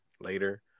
later